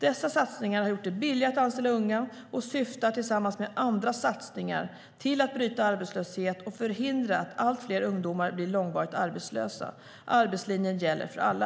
Dessa satsningar har gjort det billigare att anställa unga och syftar, tillsammans med andra satsningar, till att bryta arbetslöshet och förhindra att allt fler ungdomar blir långvarigt arbetslösa. Arbetslinjen gäller alla.